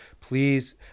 please